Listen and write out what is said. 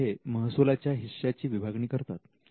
विद्यापीठे महसुलाच्या हिस्सा ची विभागणी करतात